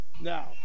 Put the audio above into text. now